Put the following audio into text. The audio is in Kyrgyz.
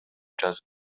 жазып